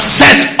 set